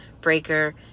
breaker